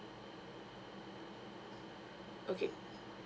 okay